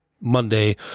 Monday